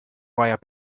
wire